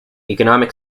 economic